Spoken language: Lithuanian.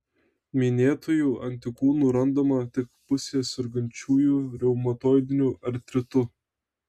minėtųjų antikūnų randama tik pusėje sergančiųjų reumatoidiniu artritu